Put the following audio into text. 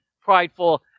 prideful